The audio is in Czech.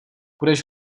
budeš